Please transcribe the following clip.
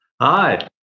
hi